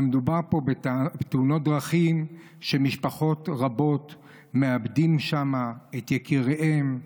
מדובר פה בתאונות דרכים שמשפחות רבות מאבדות שם את יקיריהן,